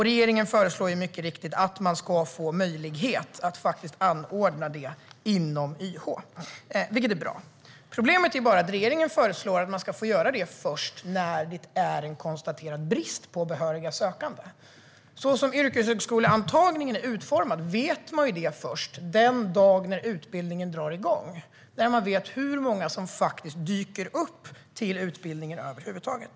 Regeringen föreslår, mycket riktigt, att man ska få möjlighet att anordna sådan utbildning inom YH, vilket är bra. Problemet är bara att regeringen föreslår att man ska få göra det först när det är en konstaterad brist på behöriga sökande. Så som yrkeshögskoleantagningen är utformad vet man ju först den dag då utbildningen drar igång hur många som faktiskt dyker upp till utbildningen över huvud taget.